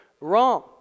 Wrong